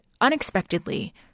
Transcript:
unexpectedly